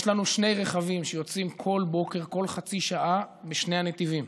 יש לנו שני רכבים שיוצאים כל בוקר כל חצי שעה בשני הנתיבים,